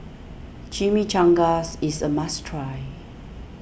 Chimichangas is a must try